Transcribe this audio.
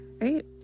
right